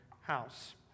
house